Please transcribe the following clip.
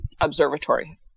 observatory